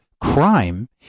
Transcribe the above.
crime